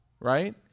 Right